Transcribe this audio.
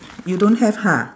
you don't have ha